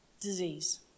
disease